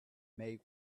make